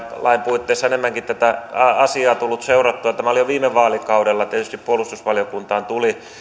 puitteissa enemmänkin tätä asiaa on tullut seurattua tämä jo viime vaalikaudella puolustusvaliokuntaan tuli